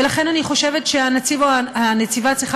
ולכן אני חושבת שהנציב או הנציבה צריכה